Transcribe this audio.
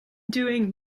doing